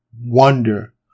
wonder